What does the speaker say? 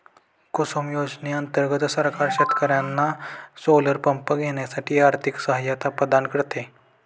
कुसुम योजने अंतर्गत सरकार शेतकर्यांना सोलर पंप घेण्यासाठी आर्थिक सहायता प्रदान करते